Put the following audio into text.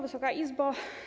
Wysoka Izbo!